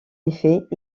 effet